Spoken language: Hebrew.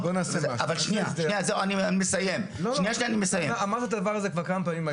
אבל שנייה אני -- אמרת את הדבר הזה כבר כמה פעמים.